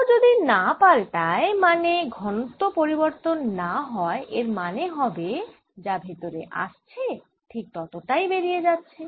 rho যদি না পাল্টায় মানে ঘনত্ব পরিবর্তন না হয় এর মানে হবে যা ভেতরে আসছে ঠিক ততটাই বেরিয়ে যাচ্ছে